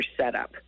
setup